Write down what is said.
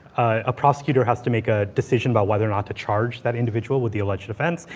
a prosecutor has to make a decision about whether or not to charge that individual with the alleged offense.